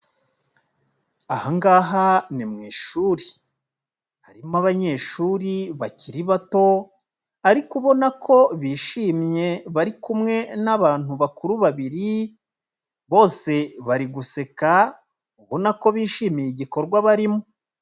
Aha ngaha ni mu ishuri harimo abanyeshuri bakiri bato ariko ubona ko bishimye, bari kumwe n'abantu bakuru babiri bose bari guseka ubona ko bishimiye igikorwa barimo.